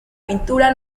pintura